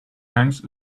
hanks